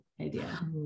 idea